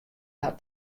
harren